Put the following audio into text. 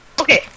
Okay